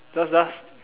just just